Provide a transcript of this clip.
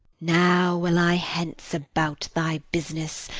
now will i hence about thy business,